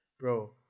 bro